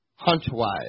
Huntwise